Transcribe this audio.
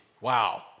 Wow